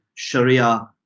Sharia